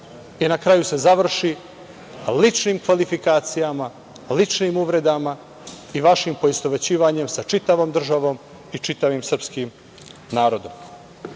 i na kraju se završi ličnim kvalifikacijama, ličnim uvredama i vašim poistovećivanjem sa čitavom državom i čitavim srpskim narodom.U